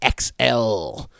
XL